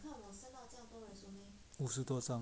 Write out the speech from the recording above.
五十多张